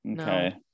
okay